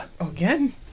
Again